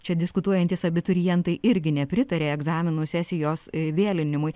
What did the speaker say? čia diskutuojantys abiturientai irgi nepritarė egzaminų sesijos vėlinimui